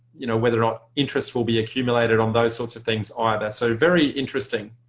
you know whether or not interest will be accumulated on those sorts of things either so very interesting.